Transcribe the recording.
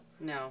No